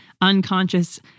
unconscious